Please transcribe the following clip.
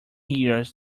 years